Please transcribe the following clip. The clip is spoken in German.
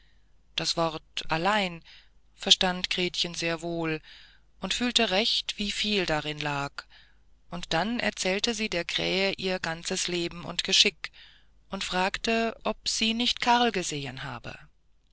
das wort allein verstand gretchen sehr wohl und fühlte recht wie viel darin lag und dann erzählte sie der krähe ihr ganzes leben und geschick und fragte ob sie karl nicht gesehen habe